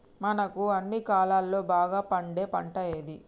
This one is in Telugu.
మనకు అన్ని కాలాల్లో బాగా పండే పంట ఏది?